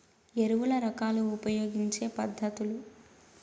ఎరువుల రకాలు ఉపయోగించే పద్ధతులు?